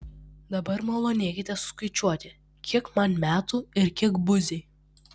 dabar malonėkite suskaičiuoti kiek man metų ir kiek buziai